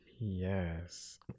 Yes